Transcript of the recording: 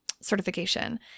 certification